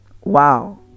Wow